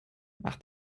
mach